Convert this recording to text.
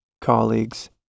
colleagues